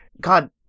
God